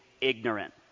ignorant